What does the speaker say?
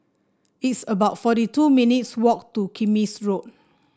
it's about forty two minutes' walk to Kismis Road